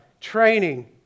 training